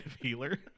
healer